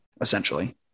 Essentially